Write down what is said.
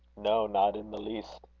no, not in the least.